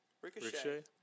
Ricochet